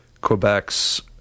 Quebec's